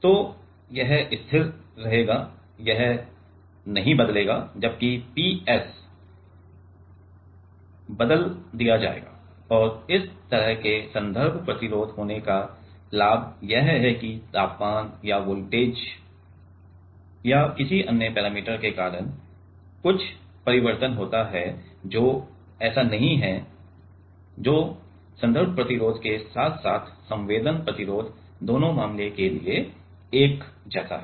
तो यह स्थिर रहेगा यह नहीं बदलेगा जबकि P s को बदल दिया जाएगा और इस तरह के संदर्भ प्रतिरोध होने का लाभ यह है कि तापमान या लागू वोल्टेज या किसी अन्य पैरामीटर के कारण कुछ परिवर्तन होता है जो ऐसा नहीं है जो संदर्भ प्रतिरोध के साथ साथ संवेदन प्रतिरोध दोनों मामलों के लिए एक जैसा है